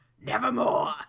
Nevermore